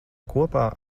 kopā